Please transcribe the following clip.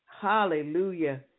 Hallelujah